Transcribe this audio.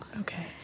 Okay